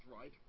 right